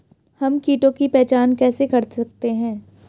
हम कीटों की पहचान कैसे कर सकते हैं?